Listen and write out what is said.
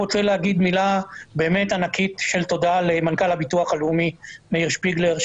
אני רוצה להגיד מילת תודה ענקית למנכ"ל הביטוח הלאומי מאיר שפיגלר,